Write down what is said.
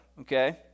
okay